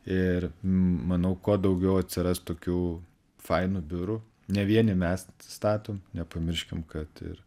ir manau kuo daugiau atsiras tokių fainų biurų ne vieni mes statom nepamirškim kad ir